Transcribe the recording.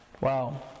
Wow